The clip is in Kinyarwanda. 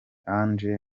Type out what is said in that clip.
nawe